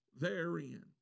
therein